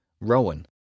Rowan